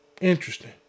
Interesting